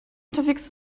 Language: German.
unterwegs